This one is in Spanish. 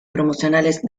promocionales